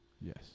yes